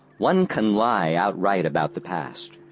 one can lie outright about the past.